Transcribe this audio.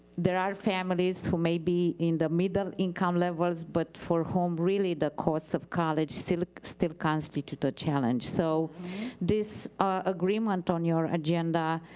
there are families who may be in the middle income levels, but for whom really the cost of college still still constitutes a challenge. so this agreement on your agenda,